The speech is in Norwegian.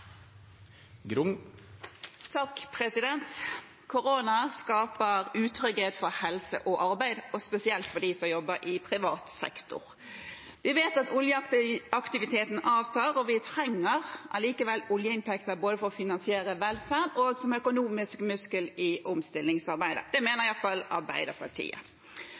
arbeid, spesielt for dem som jobber i privat sektor. Vi vet at oljeaktiviteten avtar, og vi trenger allikevel oljeinntekter, både for å finansiere velferd og som økonomisk muskel i omstillingsarbeidet. Det mener iallfall Arbeiderpartiet.